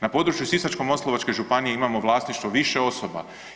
Na području Sisačko-moslavačke županije imamo vlasništvo više osoba.